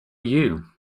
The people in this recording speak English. you